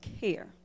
care